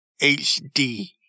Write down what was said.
HD